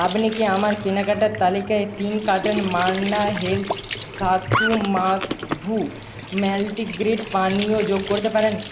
আপনি কি আমার কেনাকাটার তালিকায় তিন carton Manna health sathu maavu multigrain পানীয় যোগ করতে পারেন